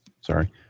sorry